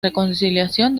reconciliación